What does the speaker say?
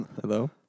Hello